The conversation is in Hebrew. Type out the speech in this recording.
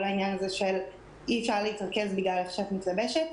כל העניין הזה שאי אפשר להתרכז בגלל איך שאת מתלבשת.